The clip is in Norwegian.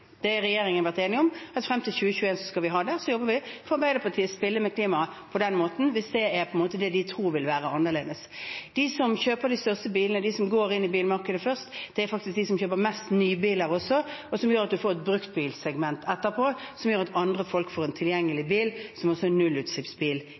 Regjeringen har vært enig om at frem til 2021 skal vi ha det, så det jobber vi for. Så får Arbeiderpartiet spille med klimaet på den måten, hvis det er det de tror vil være annerledes. De som kjøper de største bilene, de som går inn i bilmarkedet først, er faktisk de som kjøper mest nybiler også, noe som gjør at en får et bruktbilsegment etterpå, som gjør at andre folk får en